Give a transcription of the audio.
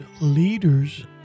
leaders